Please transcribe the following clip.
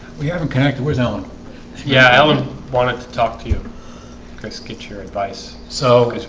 we haven't connected where's ella yeah, i um wanted to talk to you guys get your advice so